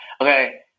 Okay